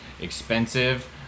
expensive